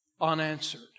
unanswered